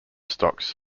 stocks